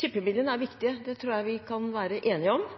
Tippemidlene er viktige – det tror jeg vi kan være enige om.